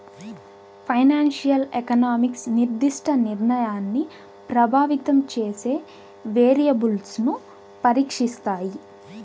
financial economics నిర్దిష్ట నిర్ణయాన్ని ప్రభావితం చేసే వేరియబుల్స్ను పరీక్షిస్తాయి